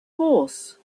horse